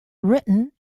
written